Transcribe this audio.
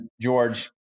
george